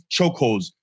chokeholds